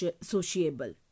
sociable